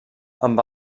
amb